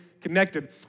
connected